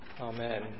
Amen